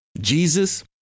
Jesus